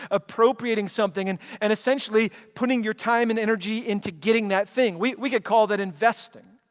appropriating something, and and essentially putting your time and energy into getting that thing. we we could call that investing,